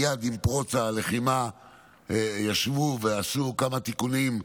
מייד עם פרוץ הלחימה ישבו ועשו כמה תיקונים,